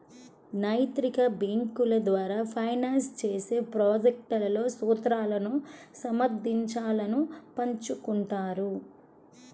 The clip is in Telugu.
నైతిక బ్యేంకుల ద్వారా ఫైనాన్స్ చేసే ప్రాజెక్ట్లలో సూత్రాలను సమర్థించాలను పంచుకుంటారు